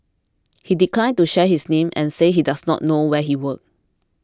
he declined to share his name and said he does not know where he worked